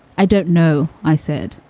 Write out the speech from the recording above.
i don't know, i said,